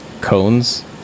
cones